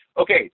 okay